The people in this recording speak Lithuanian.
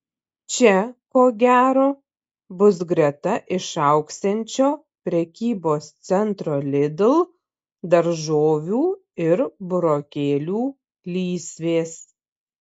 čia ko gero bus greta išaugsiančio prekybos centro lidl daržovių ir burokėlių lysvės